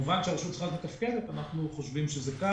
כמובן שהרשות צריכה לתפקד ואנחנו חושבים שזה כך.